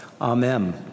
Amen